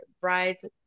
brides